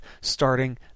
starting